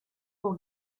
pour